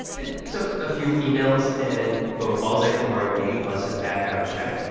it took a few emails and phone calls that kumari made, plus a background check.